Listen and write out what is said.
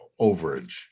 overage